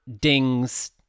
dings